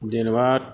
जेनेबा